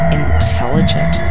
intelligent